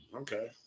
Okay